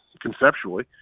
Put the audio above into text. conceptually